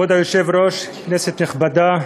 כבוד היושב-ראש, כנסת נכבדה,